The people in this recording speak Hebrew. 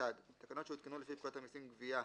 (1)תקנות שהותקנו לפי פקודת המסים (גביה),